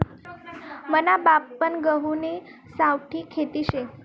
मना बापपन गहुनी सावठी खेती शे